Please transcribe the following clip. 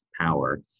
power